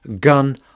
gun